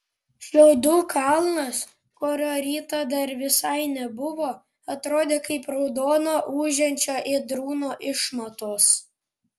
šiaudų kalnas kurio rytą dar visai nebuvo atrodė kaip raudono ūžiančio ėdrūno išmatos